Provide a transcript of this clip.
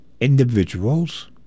individuals